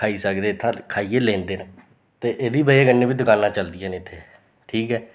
खाई सकदे इत्थां खाइयै लेंदे न ते एह्दी वजह कन्नै बी दकानां चलदियां न इत्थें ठीक ऐ